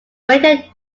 waiter